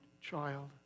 child